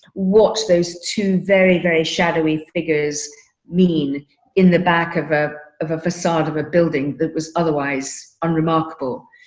watch those two very, very shadowy figures mean in the back of a of a facade of a building that was otherwise unremarkable.